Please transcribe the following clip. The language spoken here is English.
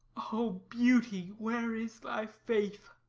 o beauty! where is thy faith?